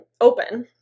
open